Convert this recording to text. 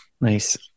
Nice